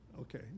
Okay